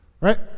Right